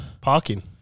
Parking